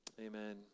Amen